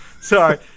Sorry